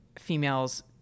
females